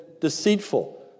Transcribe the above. deceitful